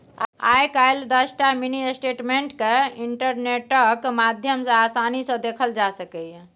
आइ काल्हि दसटा mini statement केँ इंटरनेटक माध्यमे आसानी सँ देखल जा सकैए